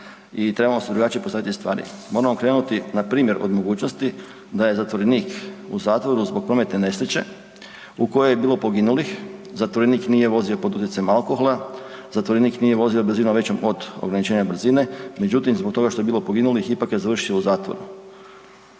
i trebamo si drugačije postaviti stvari. Moramo krenuti npr. od mogućnosti da je zatvorenik u zatvoru zbog prometne nesreće u kojoj je bilo poginulih, zatvorenik nije vozio pod utjecajem alkohola, zatvorenik nije vozio brzinom većom od ograničenja brzine, međutim zbog toga što je bilo poginulih ipak je završio u zatvoru.